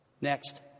Next